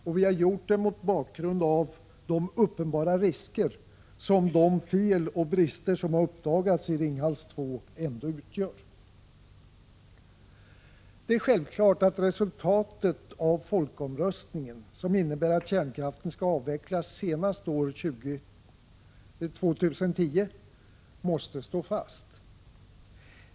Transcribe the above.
Och vi har gjort det mot bakgrund av de uppenbara risker som de fel och brister som har uppdagats i Ringhals 2 ändå utgör. Det är självklart att resultatet av folkomröstningen, som innebär att kärnkraften skall avvecklas senast år 2010, måste stå fast.